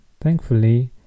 Thankfully